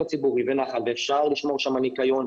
ציבורי ונחל וכי אפשר לשמור שם על ניקיון,